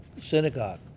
synagogue